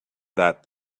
that